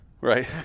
right